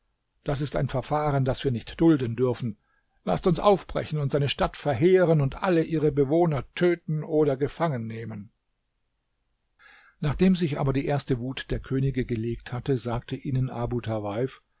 das ist ein verfahren das wir nicht dulden dürfen laßt uns aufbrechen und seine stadt verheeren und alle ihre bewohner töten oder gefangen nehmen nachdem sich aber die erste wut der könige gelegt hatte sagte ihnen abu tawaif